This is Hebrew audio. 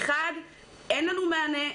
אין לנו מענה,